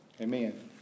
Amen